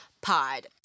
pod